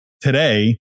today